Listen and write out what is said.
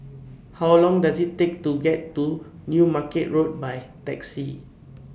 How Long Does IT Take to get to New Market Road By Taxi